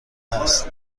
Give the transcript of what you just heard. هست